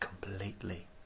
completely